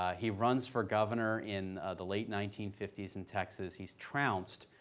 ah he runs for governor in the late nineteen fifty s in texas. he's trounced,